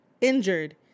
injured